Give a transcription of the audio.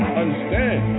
understand